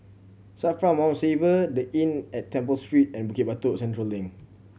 SAFRA Mount Faber The Inn at Temple Street and Bukit Batok Central Link